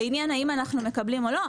לעניין האם אנחנו מקבלים מידע או לא,